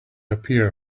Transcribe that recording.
appear